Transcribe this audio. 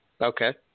Okay